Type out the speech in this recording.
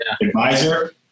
advisor